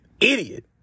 Idiot